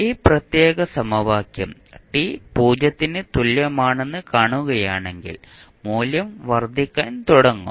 ഈ പ്രത്യേക സമവാക്യം t 0 ന് തുല്യമാണെന്ന് കാണുകയാണെങ്കിൽ മൂല്യം വർദ്ധിക്കാൻ തുടങ്ങും